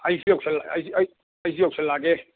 ꯑꯩꯁꯨ ꯌꯧꯁꯜ ꯑꯩꯁꯨ ꯌꯧꯁꯜꯂꯛꯑꯒꯦ